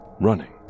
running